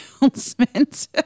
announcement